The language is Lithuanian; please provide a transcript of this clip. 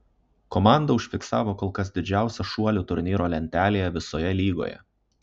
komanda užfiksavo kol kas didžiausią šuolį turnyro lentelėje visoje lygoje